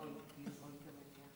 לנעול, לנעול את המליאה.